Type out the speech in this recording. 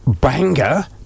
banger